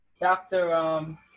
Doctor